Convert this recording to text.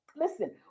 listen